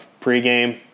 pregame